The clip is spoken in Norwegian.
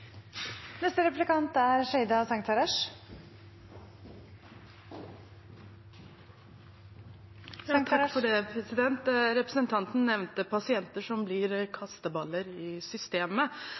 er det jeg ønsker. Representanten nevnte pasienter som blir kasteballer i systemet,